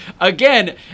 Again